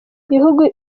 ibihugu